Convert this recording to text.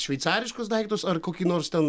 šveicariškus daiktus ar kokį nors ten